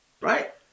right